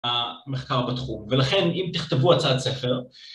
‫המחקר בתחום, ולכן אם תכתבו ‫הצעת ספר...